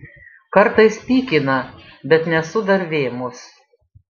kartais pykina bet nesu dar vėmus